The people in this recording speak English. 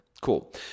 Cool